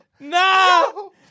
No